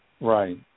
Right